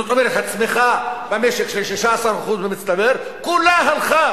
זאת אומרת, הצמיחה במשק של 16% במצטבר, כולה הלכה